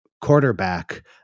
quarterback